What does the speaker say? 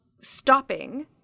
stopping